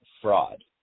fraud